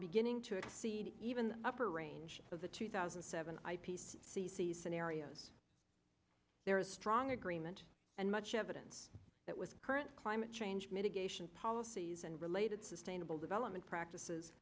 beginning to exceed even the upper range of the two thousand and seven i p c c scenarios there is strong agreement and much evidence that with current climate change mitigation policies and related sustainable development practices